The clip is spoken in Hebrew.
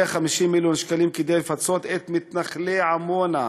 150 מיליון שקלים כדי לפצות את מתנחלי עמונה,